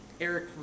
Eric